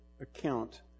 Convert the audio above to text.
account